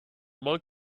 monk